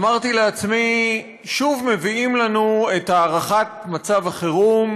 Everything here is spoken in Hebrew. אמרתי לעצמי: שוב מביאים לנו את הארכת מצב החירום,